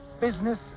Business